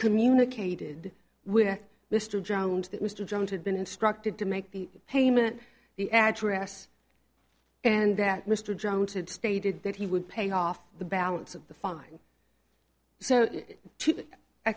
communicated with mr jones that mr jones had been instructed to make payment the address and that mr jones had stated that he would pay off the balance of the f